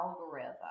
algorithm